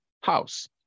house